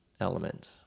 element